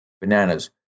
Bananas